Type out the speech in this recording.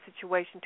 situation